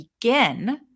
begin